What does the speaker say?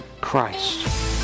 Christ